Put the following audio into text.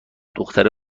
دختره